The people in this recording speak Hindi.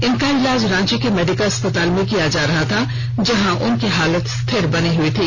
इनका इलाज रांची के मेडिका अस्पताल में किया जा रहा था जहां उनकी हालत स्थिर बनी हुई थी